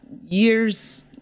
years